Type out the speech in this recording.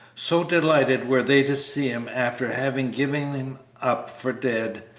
so delighted were they to see him after having given him up for dead,